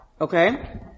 Okay